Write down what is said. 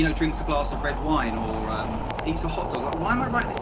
yeah drinks a glass of red wine, or um eats a hot dog. why am i writing it